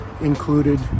included